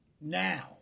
now